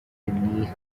beneath